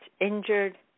injured